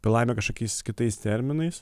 pė laimę kažkokiais kitais terminais